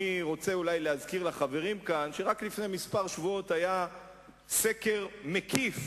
אני רוצה אולי להזכיר לחברים כאן שרק לפני כמה שבועות היה סקר מקיף